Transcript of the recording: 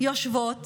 יושבות